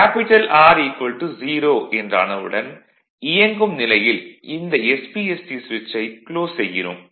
R 0 என்றானவுடன் இயங்கும் நிலையில் இந்த SPST ஸ்விட்சை க்ளோஸ் செய்கிறோம்